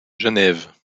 genève